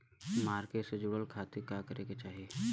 Market से जुड़े खाती का करे के चाही?